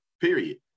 period